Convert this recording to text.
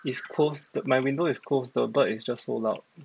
it's close the my window is closed the bird is just so loud